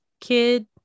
kid